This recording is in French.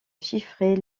chiffrer